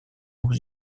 nos